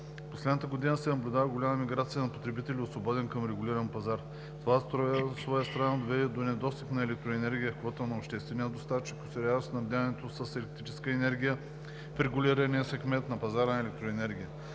последната година се наблюдаваше голяма миграция на потребители от свободен към регулиран пазар. Това от своя страна доведе до недостиг на електроенергия в квотата на обществения доставчик, осигуряващ снабдяването с електрическа енергия в регулирания сегмент от пазара на електроенергия.